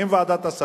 עם ועדת השרים,